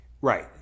Right